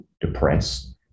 depressed